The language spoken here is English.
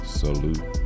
salute